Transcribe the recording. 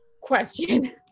question